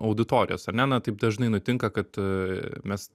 auditorijas ar ne na taip dažnai nutinka kad mes